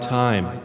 time